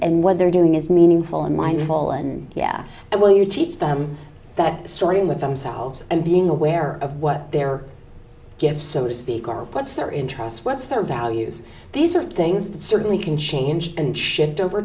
and what they're doing is meaningful in my hall and yeah and well you teach them that starting with themselves and being aware of what their gifts so to speak or puts their interests what's their values these are things that certainly can change and shift over